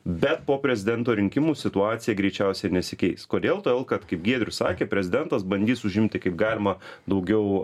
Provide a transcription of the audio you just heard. bet po prezidento rinkimų situacija greičiausiai nesikeis kodėl todėl kad kaip giedrius sakė prezidentas bandys užimti kaip galima daugiau